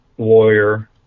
lawyer